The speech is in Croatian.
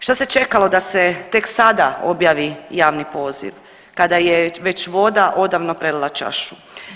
Šta se čekalo da se tek sada objavi javni poziv kada je već voda odavno prelila čašu.